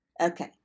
Okay